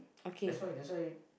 that's why that's why